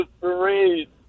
parade